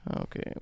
Okay